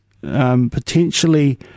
Potentially